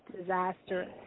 disastrous